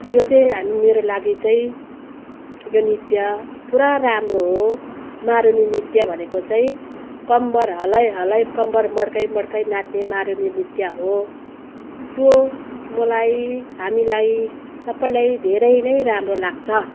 यो चाहिँ हाम्रो मेरो लागि चाहिँ यो नृत्य पुरा राम्रो हो मारुनी नृत्य भनेको चाहिँ कम्मर हल्लाइ हल्लाइ कम्मर मर्काइ मर्काइ नाच्ने मारुनी नृत्य हो यो मलाई हामीलाई सबलाई धेरै नै राम्रो लाग्छ